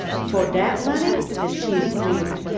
fo' dat money? his teeth gleamed.